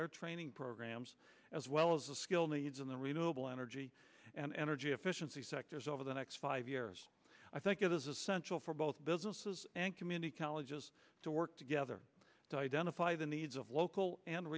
their training programs as well as the skilled needs in the renewable energy and energy efficiency sectors over the next five years i think it is essential for both businesses and community colleges to work together to identify the needs of local and